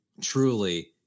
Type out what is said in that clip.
truly